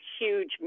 huge